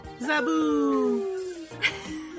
Zaboo